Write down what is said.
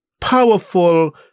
powerful